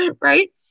right